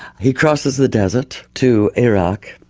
he crosses the desert to iraq.